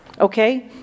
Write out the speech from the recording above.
Okay